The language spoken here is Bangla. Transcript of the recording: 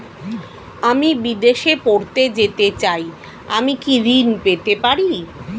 আমি বিদেশে পড়তে যেতে চাই আমি কি ঋণ পেতে পারি?